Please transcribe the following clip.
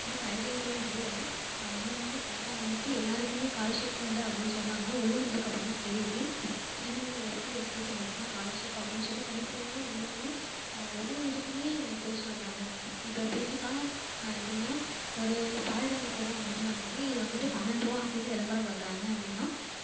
எந்த சலுகைகளும் இல்லை இங்கே வந்து பார்த்தா வந்துட்டு எல்லாருக்கும் காலர்ஷிஃப் உண்டு அப்படின் சொன்னாங்க உள்ளே வந்ததுக்கப்புறந்தான் தெரியிது இவங்க எஸ்சி எஸ்டிக்கு மட்டும்தான் காலர்ஷிஃப் அப்படின்னு சொல்லி தனித்தனியாக ஒன்று ஒன்று ஒரு ஒரு இதுக்கும் பொய் சொல்லுறாங்க இப்போ பேஸிக்கா எப்படின்னா ஒரு பால் வாங்கப்போறோம் அப்படின்னா கூட இது வந்துட்டு பன்னெண்ட்ருபா அப்படின்னு விளம்பரம் பண்ணுறாங்க அப்படின்னா